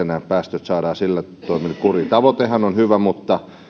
nämä päästöt saadaan sitten sillä toimin kuriin tavoitehan on hyvä mutta